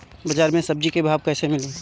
बाजार मे सब्जी क भाव कैसे मिली?